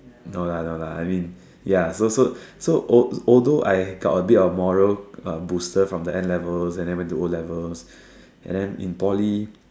no lah no lah I mean ya so so so all al~ although I got a bit of moral uh booster from the N-level and then went to o level and then in Poly